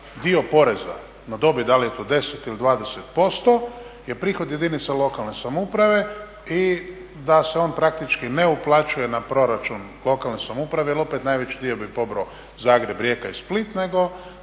dio poreza na dobit, da li je to 10 ili 20% je prihod jedinica lokalne samouprave i da se on praktički ne uplaćuje na proračun lokalne samouprave jer opet najveći dio bi pobrao Zagreb, Rijeka i Split nego